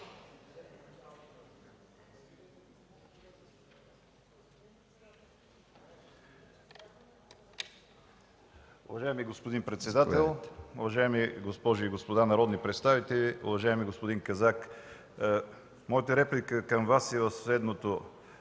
Уважаеми господин председател, уважаеми госпожи и господа народни представители! Уважаеми господин Казак, моята реплика към Вас е в следното.